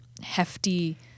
hefty